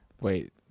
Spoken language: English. Wait